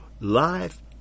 life